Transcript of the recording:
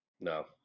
No